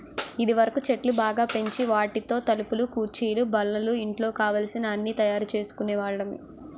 ఇదివరకు చెట్లు బాగా పెంచి వాటితో తలుపులు కుర్చీలు బల్లలు ఇంట్లో కావలసిన అన్నీ తయారు చేసుకునే వాళ్ళమి